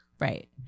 Right